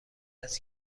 است